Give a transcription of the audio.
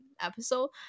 episode